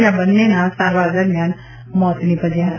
જ્યાં બંનેના સારવાર દરમ્યાન મોત નિપજ્યા હતા